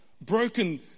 broken